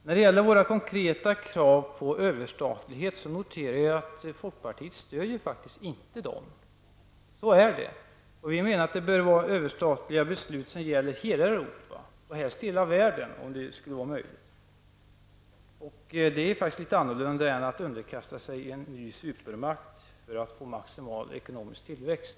Jag noterar att folkpartiet faktiskt inte stödjer våra konkreta krav på överstatlighet. Så är det. Vi menar att de överstatliga besluten bör gälla hela Europa och helst hela världen, om det skulle vara möjligt. Det är något annat än att underkasta sig en ny supermakt för att uppnå maximal ekonomisk tillväxt.